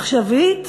עכשווית,